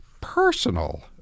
personal